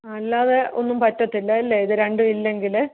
അല്ലാതെ ഒന്നും പറ്റത്തിലല്ലേ ഇത് രണ്ടും ഇല്ലെങ്കിൽ